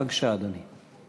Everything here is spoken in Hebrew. בבקשה, אדוני.